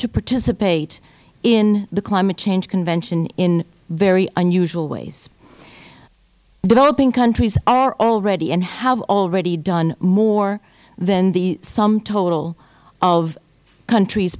to participate in the climate change convention in very unusual ways developing countries are already and have already done more than the sum total of countries